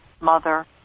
mother